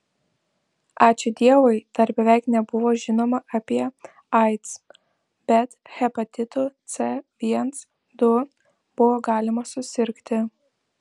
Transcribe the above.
ačiū dievui dar beveik nebuvo žinoma apie aids bet hepatitu c viens du buvo galima susirgti